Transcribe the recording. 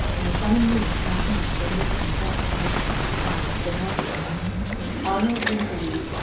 and the sun and moon come each and look at them once in the steep defile of thermopylae when arnold winkelried,